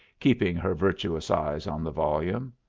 keeping her virtuous eyes on the volume.